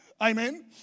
Amen